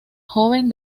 joven